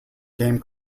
game